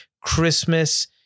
Christmas